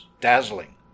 Dazzling